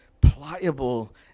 pliable